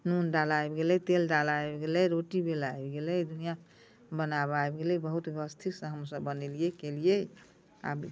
नून डाले आबि गेलै तेल डाले आबि गेलै रोटी बेलअ आबि गेलै दुनिया बनाबऽ आबि गेलै बहुत व्यवस्थित सँ हमसब बनेलिए केलिए आब